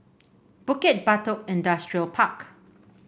Bukit Batok Industrial Park